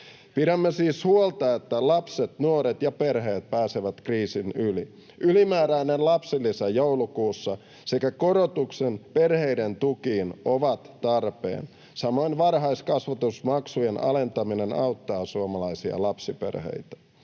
Pidämme siis huolta, että lapset, nuoret ja perheet pääsevät kriisin yli. Ylimääräinen lapsilisä joulukuussa sekä korotukset perheiden tukiin ovat tarpeen. Samoin varhaiskasvatusmaksujen alentaminen auttaa suomalaisia lapsiperheitä.